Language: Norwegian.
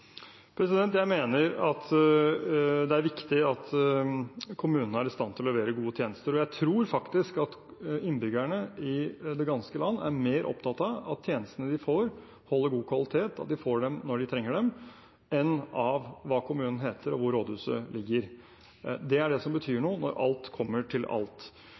Jeg mener det er viktig at kommunene er i stand til å levere gode tjenester. Jeg tror at innbyggerne i det ganske land er mer opptatt av at tjenestene de får, holder god kvalitet, og at de får dem når de trenger dem, enn av hva kommunen heter og hvor rådhuset ligger. Det er det som betyr noe når alt kommer til alt.